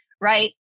Right